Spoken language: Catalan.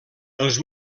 els